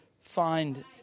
find